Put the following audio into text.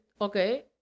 okay